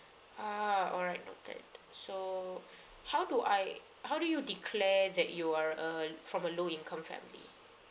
ah all right noted so how do I how do you declare that you are a from a low income family